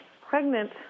pregnant